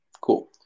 cool